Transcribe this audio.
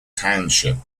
township